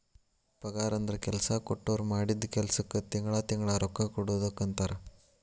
ಪಗಾರಂದ್ರ ಕೆಲ್ಸಾ ಕೊಟ್ಟೋರ್ ಮಾಡಿದ್ ಕೆಲ್ಸಕ್ಕ ತಿಂಗಳಾ ತಿಂಗಳಾ ರೊಕ್ಕಾ ಕೊಡುದಕ್ಕಂತಾರ